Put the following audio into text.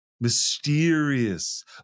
mysterious